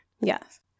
Yes